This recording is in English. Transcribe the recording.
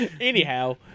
anyhow